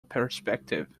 perspective